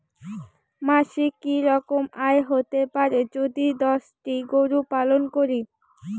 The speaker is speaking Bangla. মাসিক কি রকম আয় হতে পারে যদি দশটি গরু পালন করি?